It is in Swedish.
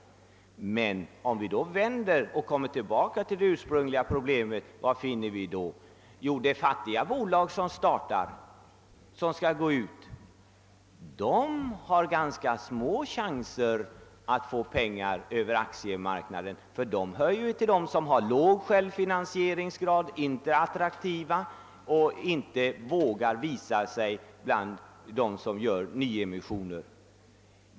Men om vi vänder och kommer till baka till det ursprungliga problemet, vad finner vi då? De fattiga bolag som skall gå ut har ganska små chanser att skaffa pengar över aktiemarknaden, ty de hör ju till dem som har låg självfinansieringsgrad, som inte är attraktiva och som inte vågar visa sig bland dem som gör nyemissioner.